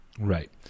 Right